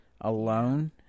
alone